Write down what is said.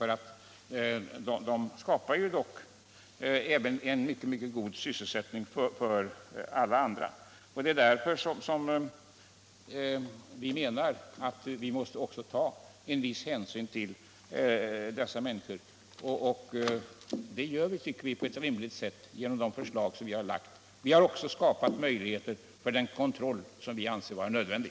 De skapar ju också en mycket betydande sysselsättning för andra. Vi måste ta en viss hänsyn även till dessa människor, och det gör vi, tycker vi, på ett rimligt sätt genom de förslag som vi lagt fram. Vi har också skapat möjligheter för den kontroll som vi anser vara nödvändig.